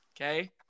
okay